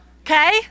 Okay